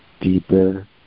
Deeper